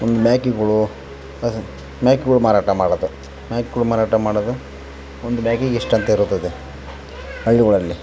ಒಂದು ಮೇಕೆಗಳು ಮೇಕೆಗಳ್ ಮಾರಾಟ ಮಾಡೋದ್ ಮೇಕೆಗಳ್ ಮಾರಾಟ ಮಾಡೋದ್ ಒಂದು ಮೇಕೆಗ್ ಇಷ್ಟು ಅಂತ ಇರುತ್ತದೆ ಹಳ್ಳಿಗಳಲ್ಲಿ